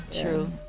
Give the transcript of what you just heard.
true